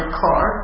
car